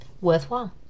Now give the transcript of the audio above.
worthwhile